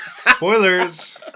Spoilers